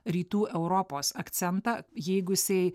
rytų europos akcentą jeigu jisai